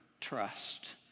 trust